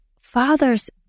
Father's